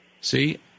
See